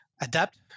adapt